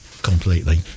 completely